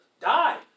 die